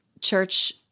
church